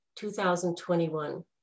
2021